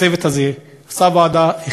הצוות הזה עשה עבודה,